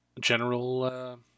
General